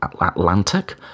Atlantic